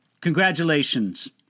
congratulations